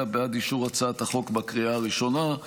בעד אישור הצעת החוק בקריאה ראשונה.